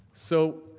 so,